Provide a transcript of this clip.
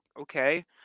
okay